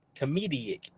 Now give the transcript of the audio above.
Comedic